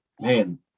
man